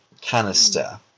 canister